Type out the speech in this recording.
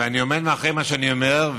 ואני עומד מאחורי מה שאני אומר.